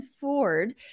Ford